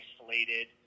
isolated